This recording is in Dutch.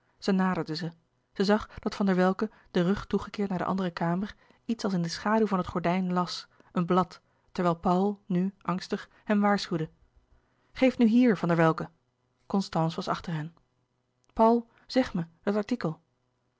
ze zij zag dat van der welcke den rug toegekeerd naar de andere kamer iets als in de schaduw van het gordijn las een blad terwijl paul nu angstig hem waarschuwde geef nu hier van der welcke constance was achter hen paul zeg mij dat artikel